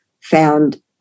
found